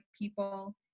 people